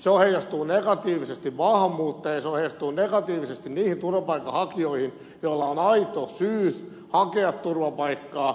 se on heijastunut negatiivisesti maahanmuuttajiin se on heijastunut negatiivisesti niihin turvapaikanhakijoihin joilla on aito syy hakea turvapaikkaa ja jotka sen myöskin saavat